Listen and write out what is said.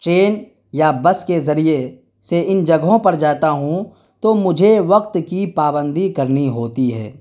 train یا bus کے ذریعے سے ان جگہوں پر جاتا ہوں تو مجھے وقت کی پابندی کرنی ہوتی ہے